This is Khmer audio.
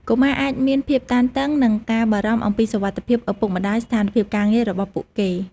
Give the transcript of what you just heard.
កុមារអាចមានភាពតានតឹង និងការបារម្ភអំពីសុវត្ថិភាពឪពុកម្ដាយ ស្ថានភាពការងាររបស់ពួកគេ។